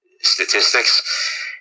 statistics